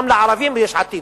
גם לערבים יש עתיד,